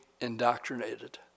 indoctrinated